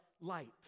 light